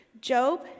Job